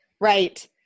right